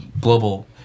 global